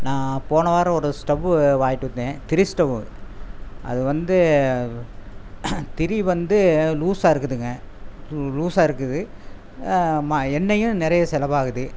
நான் போன வாரம் ஒரு ஸ்டவ்வு வாங்கிட்டு வந்தேன் திரி ஸ்டவ்வு அது வந்து திரி வந்து லூசாக இருக்குதுங்க லூ லூசாக இருக்குது மா எண்ணெயும் நிறைய செலவு ஆகுது